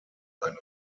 ein